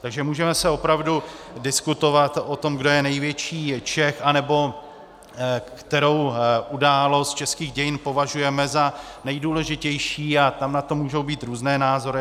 Takže můžeme opravdu diskutovat o tom, kdo je největší Čech anebo kterou událost českých dějin považujeme za nejdůležitější, a na to mohou být různé názory.